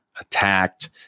attacked